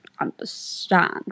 understand